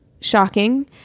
shocking